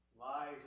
Lies